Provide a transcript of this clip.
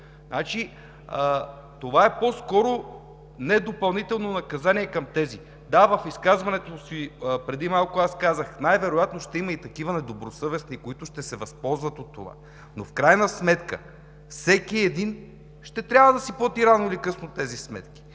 Това е по-скоро не допълнително наказание към тези. Да, в изказването си преди малко аз казах, че най-вероятно ще има и такива недобросъвестни, които ще се възползват от това, но в крайна сметка всеки един ще трябва да си плати рано или късно тези сметки.